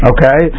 Okay